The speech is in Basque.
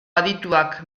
adituak